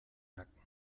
nacken